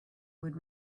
would